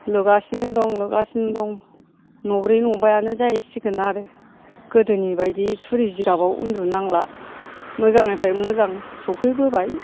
लुगासिनो दं लुगासिनो दं न'ब्रै न'बायानो जाहैसिगोन आरो गोदोनि बायदि थुरि जिगाबाव उन्दुनांला मोजांनिफ्राय मोजां सौफैबोबाय